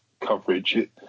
coverage